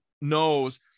knows